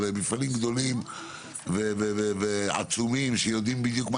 מפעלים גדולים ועצומים שיודעים בדיוק מה